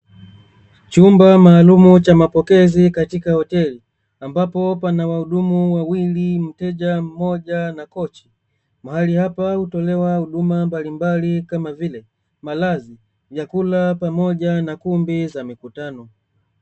Chumba maalumu cha mapokezi katika hoteli, ambapo pana wahudumu wawili, mteja mmoja na kochi. Mahali hapa hutolewa huduma mbalimbali kama vile malazi, vyakula pamoja na kumbi za mikutano.